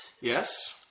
Yes